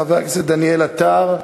חבר הכנסת דניאל עטר,